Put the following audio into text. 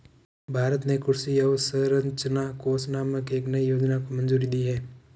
भारत ने कृषि अवसंरचना कोष नामक एक नयी योजना को मंजूरी दी है